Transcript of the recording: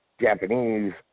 Japanese